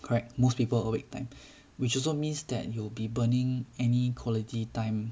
correct most people awake time which also means that you'll be burning any quality time